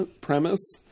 premise